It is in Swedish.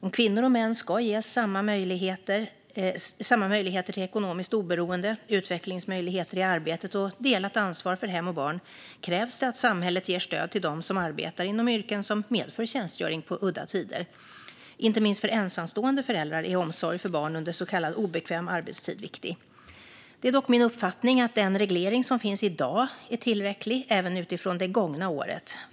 Om kvinnor och män ska ges samma möjligheter till ekonomiskt oberoende, utvecklingsmöjligheter i arbetet och delat ansvar för hem och barn krävs det att samhället ger stöd till dem som arbetar inom yrken som medför tjänstgöring på udda tider. Inte minst för ensamstående föräldrar är omsorg för barn under så kallad obekväm arbetstid viktig. Det är dock min uppfattning att den reglering som finns i dag är tillräcklig även sett till det gångna året.